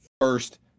first